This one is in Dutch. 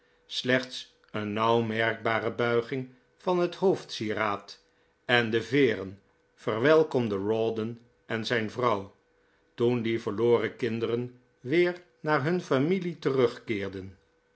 slechts een nauw merkbare buiging van het hoofdsieraad en de veeren verwelkomde rawdon en zijn vrouw toen die verloren kinderen weer naar hun familie terugkeerden